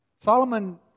Solomon